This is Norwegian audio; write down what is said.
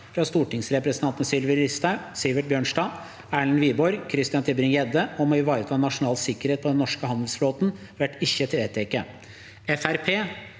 fra stortingsrepresentantene Sylvi Listhaug, Sivert Bjørnstad, Erlend Wiborg og Christian Tybring-Gjedde om å ivareta nasjonal sikkerhet på den norske handelsflåten – vert ikkje vedteke.